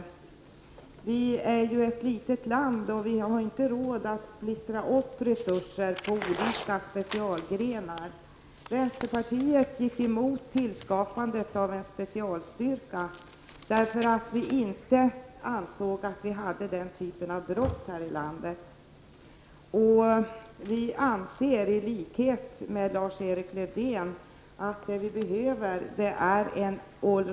Sverige är ju ett litet land och har därför inte råd att splittra resurserna på olika specialgrenar. Vänsterpartiet gick emot skapandet av en specialstyrka, eftersom vi inte ansåg att vi har den typ av brott här i landet som kräver en specialstyrka. I likhet med Lars-Erik Lövdén anser vi att vi behöver en all-round-polis och inte någon specialstyrka.